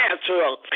natural